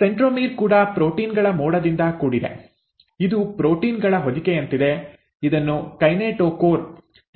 centromere ಕೂಡ protein ಗಳ ಮೋಡದಿಂದ ಕೂಡಿದೆ ಇದು ಪ್ರೋಟೀನ್ ಗಳ ಹೊದಿಕೆಯಂತಿದೆ ಇದನ್ನು ಕೈನೆಟೋಕೋರ್